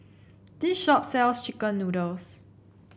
this shop sells chicken noodles